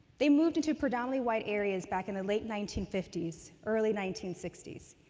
they moved into predominantly white areas back in the late nineteen fifty s, early nineteen sixty s.